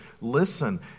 listen